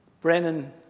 Brennan